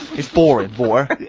it's boring, water.